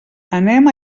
anem